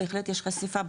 בהחלט יש חשיפה,